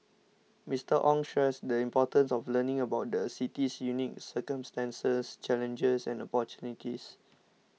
Mister Ong stressed the importance of learning about the city's unique circumstances challenges and opportunities